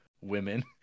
women